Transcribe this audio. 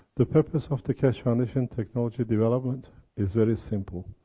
the purpose of the keshe foundation technology development is very simple.